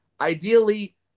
Ideally